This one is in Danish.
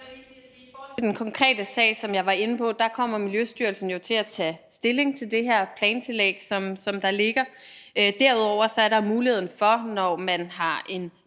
til den konkrete sag, som jeg var inde på, kommer Miljøstyrelsen jo til at tage stilling til det her plantillæg, som der ligger. Derudover er der muligheden for, når man har en